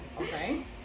okay